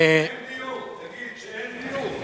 אין דיור, תגיד שאין דיור,